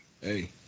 Hey